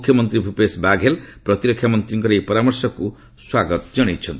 ମୁଖ୍ୟମନ୍ତ୍ରୀ ଭୂପେଶ ବାଘଲେ ପ୍ରତିରକ୍ଷା ମନ୍ତ୍ରୀଙ୍କର ଏହି ପରାମର୍ଶକୁ ସ୍ୱାଗତ ଜଣାଇଛନ୍ତି